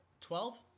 Twelve